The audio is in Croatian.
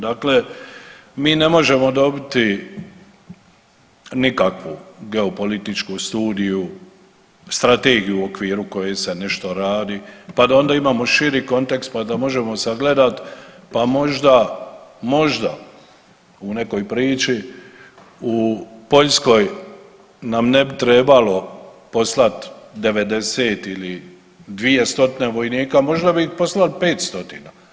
Dakle, mi ne možemo dobiti nikakvu geopolitičku studiju, strategiju u okviru koje se nešto radi, pa da onda imamo širi kontekst pa da možemo sagledat pa možda, možda u nekoj priči u Poljskoj nam ne bi trebalo poslat 90 ili 2 stotine vojnika, možda bi poslali 5 stotina.